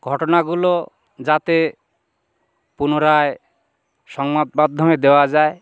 ঘটনাগুলো যাতে পুনরায় সংবাদ মাধ্যমে দেওয়া যায়